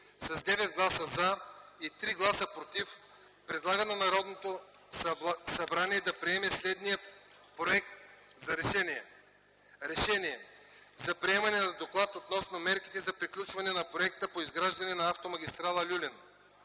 с 9 гласа “за” и 3 гласа “против” предлага на Народното събрание да приеме следния Проект за „РЕШЕНИЕ: за приемане на Доклад относно мерките за приключване на Проекта по изграждане на Автомагистрала „Люлин”